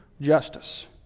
justice